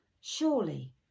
Surely